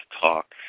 talk